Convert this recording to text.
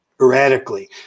erratically